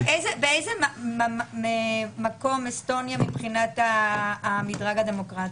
באיזה מקום אסטוניה מבחינת המדרג הדמוקרטי?